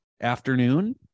afternoon